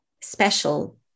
special